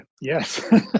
yes